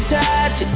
touch